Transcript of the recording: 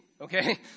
okay